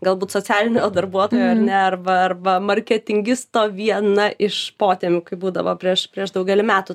galbūt socialinio darbuotojo ar ne arba arba marketingisto viena iš potemių kaip būdavo prieš prieš daugelį metų